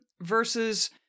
versus